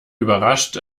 überrascht